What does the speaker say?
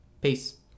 Peace